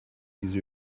diese